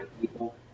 people